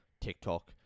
TikTok